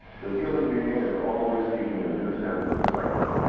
the human being is always seeking a new sense of excitement.